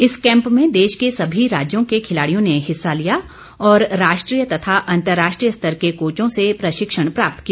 इस कैंप में देश के सभी राज्यों के खिलाड़ियों ने हिस्सा लिया और राष्ट्रीय तथा अंतर्राष्ट्रीय स्तर के कोचों से प्रशिक्षण प्राप्त किया